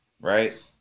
right